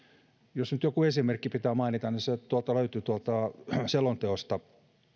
jos nyt joku esimerkki pitää mainita niin se löytyy tuolta selonteosta